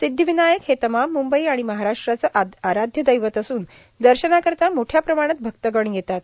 सिद्धिविनायक हे तमाम मुंबई आणि महाराष्ट्राचे आराध्य दैवत असून दर्शनाकरिता मोठ्या प्रमाणात भक्तगण येतात